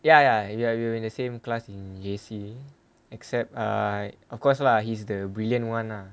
ya ya ah we're in the same class in J_C except err I of course lah he's the brilliant one lah